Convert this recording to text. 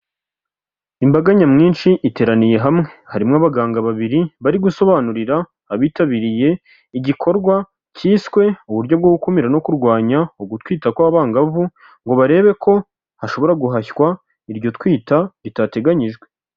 Imbaga nyamwinshi iteraniye hamwe, harimo abaganga babiri bari gusobanurira abitabiriye igikorwa cyiswe uburyo bwo gukumira no kurwanya ugutwita kw'abangavu, ngo barebe ko hashobora guhashywa iryo twita ritateganyijwe.